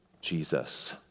Jesus